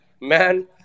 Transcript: man